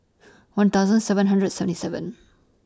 one thousand seven hundred seventy seven